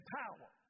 power